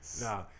No